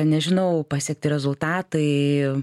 nežinau pasiekti rezultatai